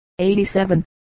87